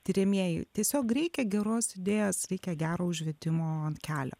tiriamieji tiesiog reikia geros idėjos reikia gero užvedimo ant kelio